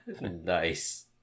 Nice